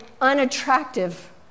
unattractive